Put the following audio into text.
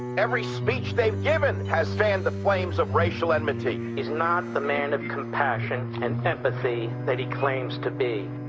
every speech they've given has fanned the flame of racial enmity. he's not the man of compassion and empathy that he claims to be.